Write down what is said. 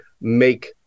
make